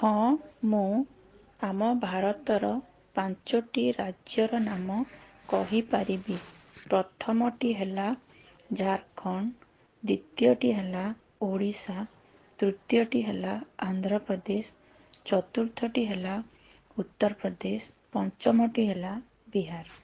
ହଁ ମୁଁ ଆମ ଭାରତର ପାଞ୍ଚଟି ରାଜ୍ୟର ନାମ କହିପାରିବି ପ୍ରଥମଟି ହେଲା ଝାଡ଼ଖଣ୍ଡ ଦ୍ୱିତୀୟଟି ହେଲା ଓଡ଼ିଶା ତୃତୀୟଟି ହେଲା ଆନ୍ଧ୍ରପ୍ରଦେଶ ଚତୁର୍ଥଟି ହେଲା ଉତ୍ତରପ୍ରଦେଶ ପଞ୍ଚମଟି ହେଲା ବିହାର